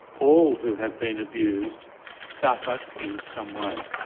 all who have been abused suffer in some way.